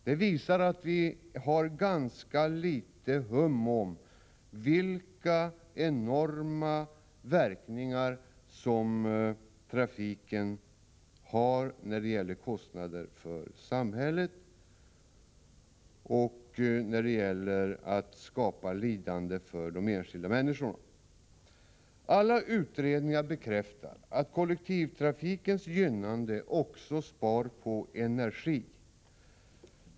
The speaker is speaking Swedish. Detta visar att vi har ganska litet hum om vilka enorma verkningar som trafiken har när det gäller kostnader för samhället och lidande för de enskilda människorna. Alla utredningar bekräftar att kollektivtrafikens gynnande också spar energi.